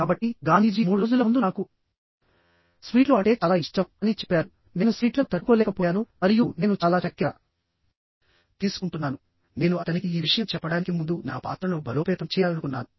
కాబట్టి గాంధీజీ 3 రోజుల ముందు నాకు స్వీట్లు అంటే చాలా ఇష్టం అని చెప్పారు నేను స్వీట్లను తట్టుకోలేకపోయాను మరియు నేను చాలా చక్కెర తీసుకుంటున్నాను నేను అతనికి ఈ విషయం చెప్పడానికి ముందు నా పాత్రను బలోపేతం చేయాలనుకున్నాను